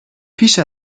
پیش